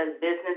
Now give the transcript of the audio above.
business